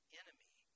enemy